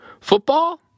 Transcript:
football